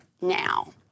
now